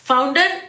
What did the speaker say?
Founder